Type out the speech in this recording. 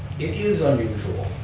it is unusual,